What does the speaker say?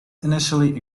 initially